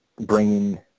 bringing